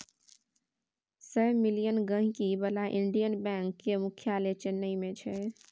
सय मिलियन गांहिकी बला इंडियन बैंक केर मुख्यालय चेन्नई मे छै